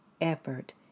effort